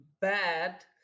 bad